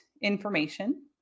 information